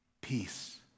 peace